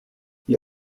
gli